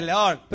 Lord